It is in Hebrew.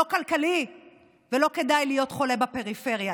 זה לא כלכלי ולא כדאי להיות חולה בפריפריה.